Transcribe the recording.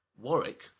Warwick